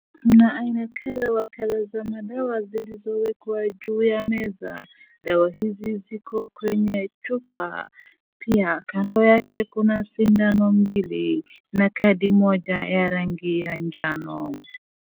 Kuna aina kadha wa kadha za madawa zilizowekwa juu ya meza. Dawa hizi ziko kwenye chupa. Pia kando yake kuna sindano mbili na kadi moja ya rangi ya jano.